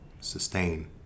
sustain